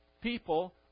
people